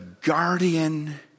guardian